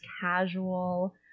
casual